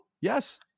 Yes